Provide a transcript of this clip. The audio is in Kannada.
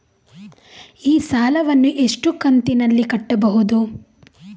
ಈ ಸಾಲವನ್ನು ಎಷ್ಟು ಕಂತಿನಲ್ಲಿ ಕಟ್ಟಬಹುದು?